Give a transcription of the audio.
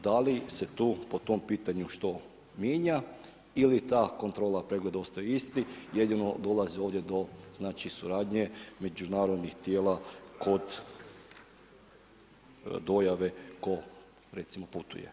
Da li se tu po tom pitanju što mijenja, ili ta kontrola pregleda ostaju isti, jedino dolaze ovdje do znači suradnje, međunarodnih tijela kod dojave tko recimo putuje.